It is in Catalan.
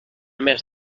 més